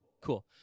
Cool